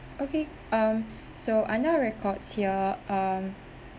okay um so under our records here um